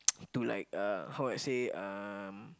to like uh how to say um